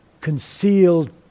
concealed